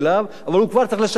אבל הוא כבר צריך לשלם את המיסוי.